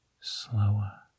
slower